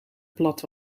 plat